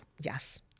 Yes